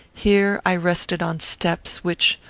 here i rested on steps, which,